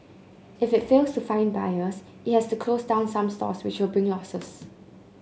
if it fails to find buyers it has to close down some stores which will bring losses